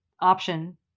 option